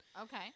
Okay